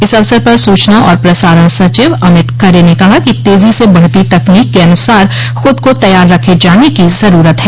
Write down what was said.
इस अवसर पर सूचना और प्रसारण सचिव अमित खरे ने कहा कि तेजी से बढ़ती तकनीक के अनुसार खुद को तैयार रखे जाने की जरूरत है